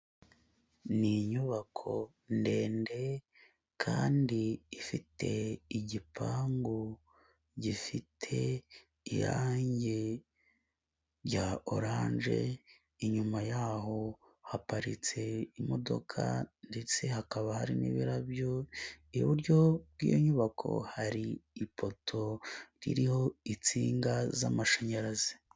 Ni inyubako ndende kandi ifite igipangu gifite irange rya orange, inyuma yaho haparitse imodoka ndetse hakaba hari n'ibirabyo, iburyo bw'iyo nyubako hari ipoto ririho insinga z'amashanyarazi.